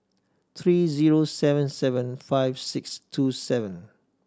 three zero seven seven five six two seven